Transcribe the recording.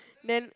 them